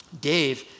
Dave